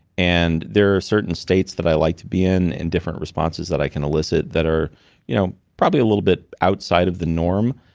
and there are certain states that i like to be in and different responses that i can elicit that are you know probably a little bit outside of the norm,